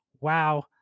wow